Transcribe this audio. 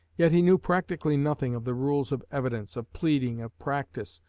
yet he knew practically nothing of the rules of evidence, of pleading, of practice,